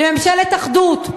לממשלת אחדות,